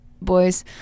boys